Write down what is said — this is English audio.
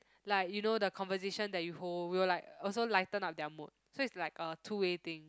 like you know the conversation that you hold will like also lighten up their mood so is like a two way thing